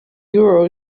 euro